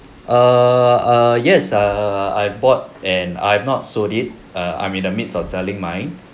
err err yes err I bought and I have not sold it uh I'm in the midst of selling mine